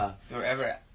forever